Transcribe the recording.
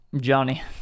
Johnny